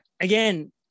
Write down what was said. again